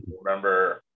remember